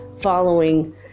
following